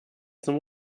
zum